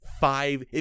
five